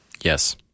Yes